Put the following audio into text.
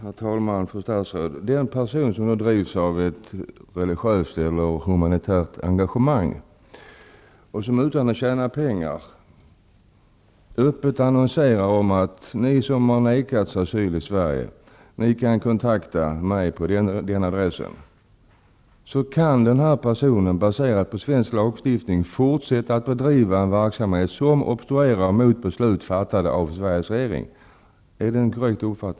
Herr talman! Fru statsråd! Den person som drivs av ett religiöst eller humanitärt engagemang och som inte vill tjäna pengar skulle således öppet kunna annonsera om att de som har nekats asyl i Sverige skall kontakta honom/henne på en viss adress. Den personen kan då baserat på svensk lagstiftning fortsätta att bedriva en verksamhet som obstruerar mot beslut fattade av Sveriges regering. Är det en korrekt uppfattning?